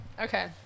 Okay